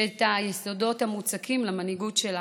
שאת היסודות המוצקים למנהיגות שלך,